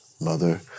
mother